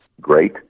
great